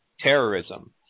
terrorism